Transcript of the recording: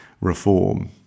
reform